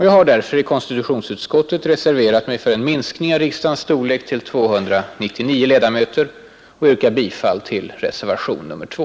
Jag har därför i konstitutionsutskottet reserverat mig för en minskning av riksdagens storlek till 299 ledamöter och yrkar bifall till reservationen 2